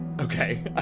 Okay